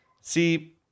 See